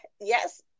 Yes